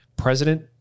President